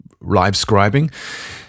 live-scribing